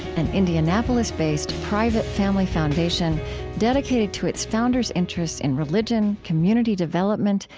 an indianapolis-based, private family foundation dedicated to its founders' interests in religion, community development,